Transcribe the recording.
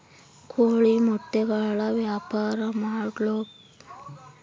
ಕೋಳಿ ಮೊಟ್ಟೆಗಳ ವ್ಯಾಪಾರ ಮಾಡ್ಬೇಕು ಅಂತ ಇದಿನಿ ನನಗೆ ವಿವರ ಕೊಡ್ರಿ?